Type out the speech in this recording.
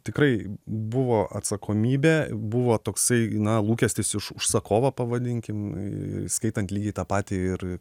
tikrai buvo atsakomybė buvo toksai na lūkestis iš užsakovo pavadinkim įskaitant lygiai tą patį ir